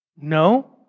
No